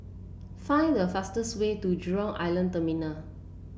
find the fastest way to Jurong Island Terminal